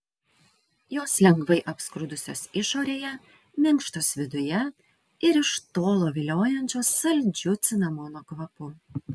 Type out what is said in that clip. jos lengvai apskrudusios išorėje minkštos viduje ir iš tolo viliojančios saldžiu cinamono kvapu